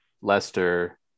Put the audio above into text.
Leicester